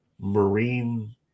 marine